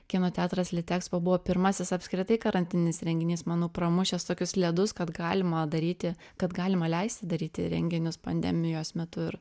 kino teatras litexpo buvo pirmasis apskritai karantininis renginys manau pramušęs tokius ledus kad galima daryti kad galima leisti daryti renginius pandemijos metu ir